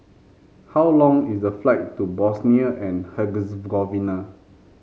how long is the flight to Bosnia and Herzegovina